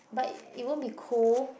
but it won't be cold